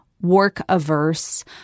work-averse